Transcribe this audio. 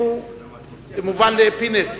שהוא מובן לפינס.